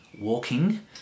walking